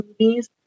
movies